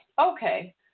Okay